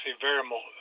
variable